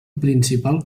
principal